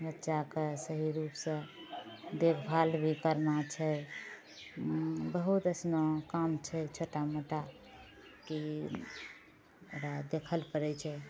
बच्चाके सही रूपसँ देखभाल भी करना छै बहुत अइसनो काम छै छोटा मोटा की ओकरा देखै लए पड़ै छै